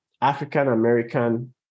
African-American